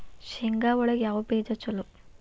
ಶೇಂಗಾ ಒಳಗ ಯಾವ ಬೇಜ ಛಲೋ?